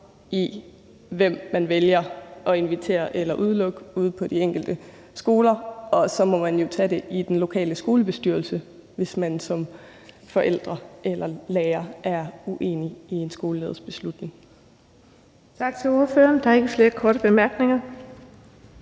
i, hvem man vælger at invitere eller udelukke ude på de enkelte skoler. Og så må man jo tage det i den lokale skolebestyrelse, hvis man som forældre eller lærer er uenig i en skoleleders beslutning. Kl. 11:00 Den fg. formand (Birgitte Vind): Tak til ordføreren. Der er ikke flere korte bemærkninger.